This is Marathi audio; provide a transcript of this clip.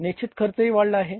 निश्चित खर्चही वाढला आहे